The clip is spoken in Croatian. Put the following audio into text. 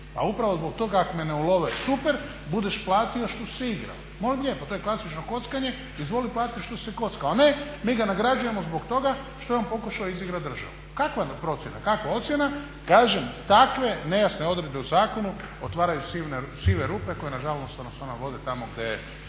upravo zbog toga ak me ne ulove super budeš platio što si igrao. Molim lijepo, to je klasično kockanje, izvoli plati što si se kockao. A ne, mi ga nagrađujemo zbog toga što je on pokušao izigrati državu. Kakva procjena, kakva ocjena, kažem takve nejasne odredbe u zakonu otvaraju sive rupe koje nažalost nas onda vode tamo gdje